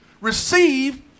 receive